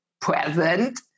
present